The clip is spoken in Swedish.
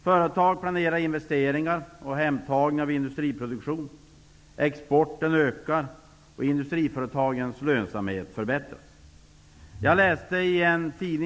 Företag planerar investeringar och hemtagning av industriproduktion. Exporten ökar och industriföretagens lönsamhet förbättras.